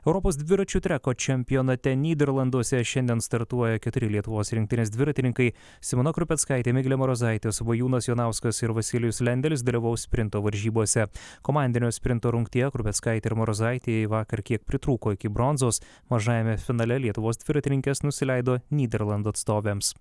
europos dviračių treko čempionate nyderlanduose šiandien startuoja keturi lietuvos rinktinės dviratininkai simona krupeckaitė miglė marozaitė svajūnas jonauskas ir vasilijus lendelis drovaus sprinto varžybose komandinio sprinto rungtyje krupeckaitė ir marozaitei vakar kiek pritrūko iki bronzos mažajame finale lietuvos dviratininkės nusileido nyderlandų atstovėms